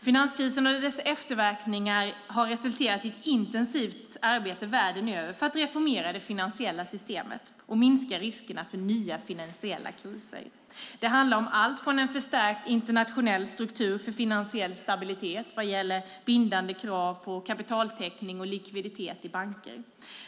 Finanskrisen och dess efterverkningar har resulterat i ett intensivt arbete världen över för att reformera det finansiella systemet och minska riskerna för nya finansiella kriser. Det handlar om allt från en förstärkt internationell struktur för finansiell stabilitet till bindande krav på kapitaltäckning och likviditet i banker.